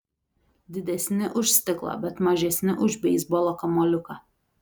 didesni už stiklo bet mažesni už beisbolo kamuoliuką